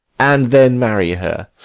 and then marry her!